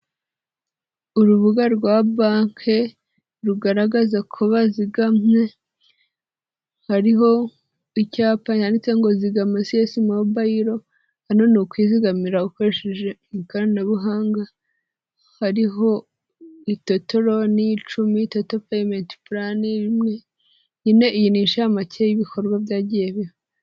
Urubuga rwa banki rugaragaza ko bazigamye hariho icyapa yanditse ngo Zigama Css mobiro. Hano ni ukwizigamira ukoresheje ikoranabuhanga hariho toto loni icumi, toto peyimenti plani, nyine iyi ni incamake y'ibikorwa byagiye biba.